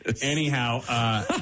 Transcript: Anyhow